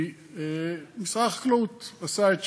כי משרד החקלאות עשה את שלו.